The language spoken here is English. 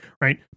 right